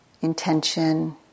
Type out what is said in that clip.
intention